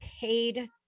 paid